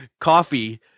coffee